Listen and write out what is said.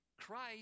Christ